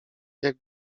jak